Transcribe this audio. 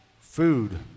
food